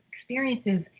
experiences